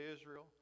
Israel